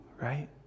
right